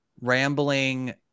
rambling